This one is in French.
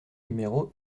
numéro